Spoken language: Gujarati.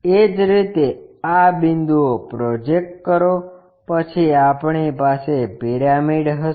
એ જ રીતે આ બિંદુઓ પ્રોજેક્ટ કરો પછી આપણી પાસે પિરામિડ હશે